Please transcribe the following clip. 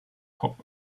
pop